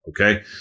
okay